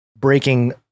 breaking